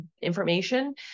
information